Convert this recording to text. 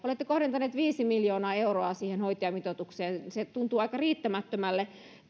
olette kohdentaneet viisi miljoonaa euroa siihen hoitajamitoitukseen se tuntuu aika riittämättömältä